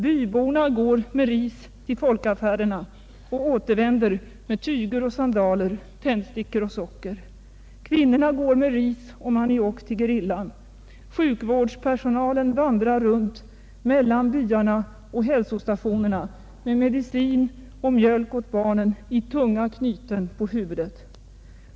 Byborna går med ris till folkaffärerna och ätervänder med tyger och sandaler, tändstickor och socker. Kvinnorna går med ris och maniok till gerillan. Sjukvårdspersonalen vandrar runt mellan byarna och hälsostationerna med medicin och mjölk ål barnen i tunga knyten på huvudet.